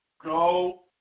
Go